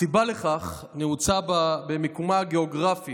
הסיבה לכך נעוצה במקומה הגיאוגרפי